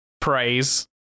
praise